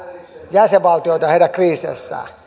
jäsenvaltioita heidän kriiseissään